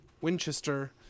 Winchester